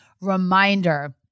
reminder